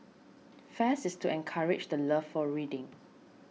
fest is to encourage the love for reading